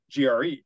GRE